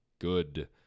Good